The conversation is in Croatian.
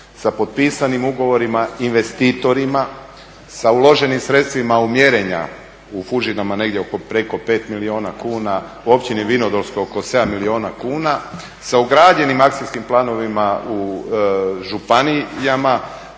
sa potpisanim ugovorima, investitorima, sa uloženim sredstvima u mjerenja u Fužinama negdje preko 5 milijuna kuna, u Općini … oko 7 milijuna kuna sa ugrađenim akcijskim planovima u županijama,